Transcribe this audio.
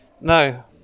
No